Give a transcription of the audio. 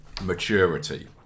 maturity